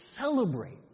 celebrate